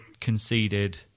conceded